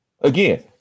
Again